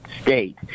state